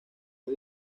fue